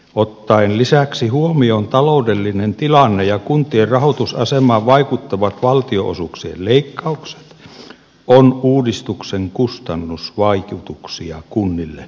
ottaen lisäksi huomioon taloudellinen tilanne ja kuntien rahoitusasemaan vaikuttavat valtionosuuksien leikkaukset on uudistuksen kustannusvaikutuksia kunnille seurattava